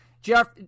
Jeff